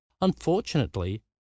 unfortunately